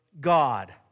God